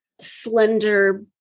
slender